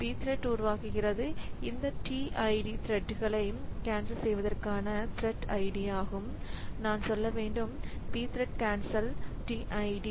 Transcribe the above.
pthread உருவாக்குகிறது இந்த t id த்ரெட்களை கேன்சல் செய்வதற்கான த்ரெட் id ஆகும் நான் சொல்ல வேண்டும் pthread cancel tid